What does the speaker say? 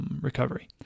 recovery